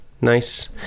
nice